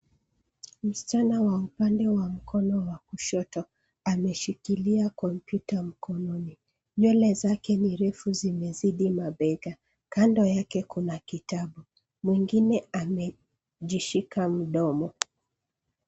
Msichana wa upande wa mkono wa kushoto ameshikilia kompyuta mkononi. Nywele zake ni ndefu, zimezidi mabega. Kando yake kuna kitabu. Mwingine amejishika mdomo.